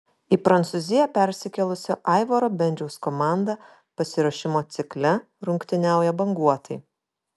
į prancūziją persikėlusio aivaro bendžiaus komanda pasiruošimo cikle rungtyniauja banguotai